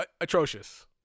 atrocious